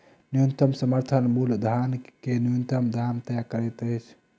न्यूनतम समर्थन मूल्य धान के न्यूनतम दाम तय करैत अछि